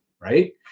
Right